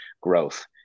growth